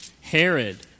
Herod